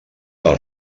els